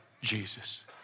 Jesus